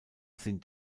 sind